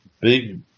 big